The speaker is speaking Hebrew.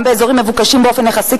גם באזורים מבוקשים באופן יחסי,